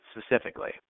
specifically